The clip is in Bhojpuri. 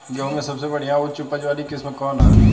गेहूं में सबसे बढ़िया उच्च उपज वाली किस्म कौन ह?